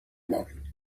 mòbil